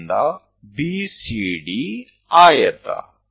ಇಲ್ಲಿಂದ BCD ಆಯತ